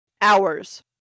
hours